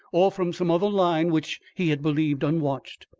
or from some other line which he had believed unwatched.